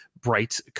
bright